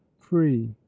free